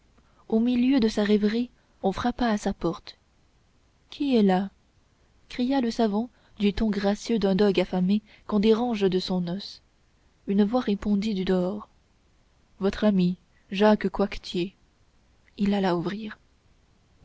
au milieu de sa rêverie on frappa à sa porte qui est là cria le savant du ton gracieux d'un dogue affamé qu'on dérange de son os une voix répondit du dehors votre ami jacques coictier il alla ouvrir